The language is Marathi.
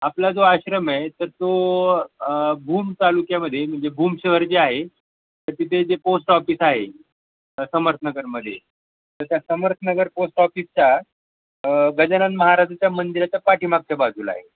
आपला जो आश्रम आहे तर तो भूम तालुक्यामध्ये म्हणजे भूम शहर जे आहे तर तिथे जे पोस्ट ऑफिस आहे समर्थनगरमध्ये तर त्या समर्थनगर पोस्ट ऑफिसच्या गजानन महाराजाच्या मंदिराच्या पाठीमागच्या बाजूला आहे